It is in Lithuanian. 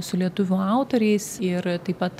su lietuvių autoriais ir taip pat